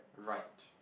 right